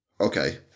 Okay